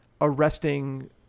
arresting